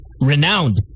renowned